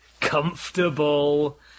comfortable